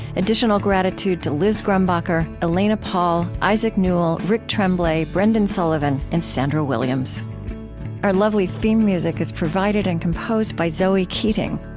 additional gratitude to liz grumbacher, elena paull, isaac nuell, rick tremblay, brendan sullivan, and sandra williams our lovely theme music is provided and composed by zoe keating.